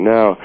Now